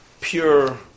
pure